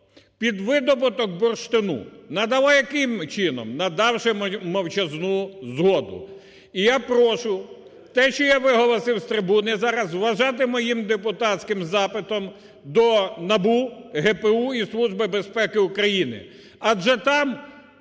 Надала яким чином? Надавши мовчазну згоду. І я прошу те, що я виголосив з трибуни зараз вважати моїм депутатським запитом до НАБУ, ГПУ і Служби безпеки України